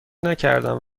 نکردم